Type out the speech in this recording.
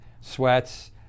sweats